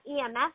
EMS